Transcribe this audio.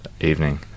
evening